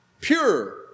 pure